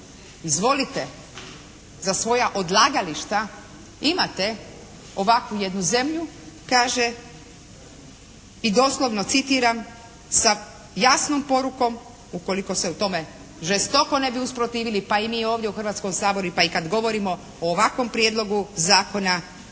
izvolite, za svoja odlagališta imate ovakvu jednu zemlju kaže, i doslovno citiram: sa jasnom porukom ukoliko se u tome žestoko ne bi usprotivili pa i mi ovdje, u Hrvatskom saboru pa i kad govorimo o ovakvom prijedlogu zakona,